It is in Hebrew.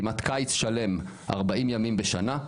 כמעט קיץ שלם 40 ימים בשנה,